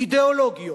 אידיאולוגיות,